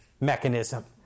mechanism